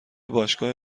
باشگاه